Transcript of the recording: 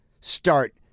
start